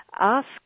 ask